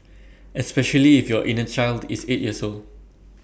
especially if your inner child is eight years old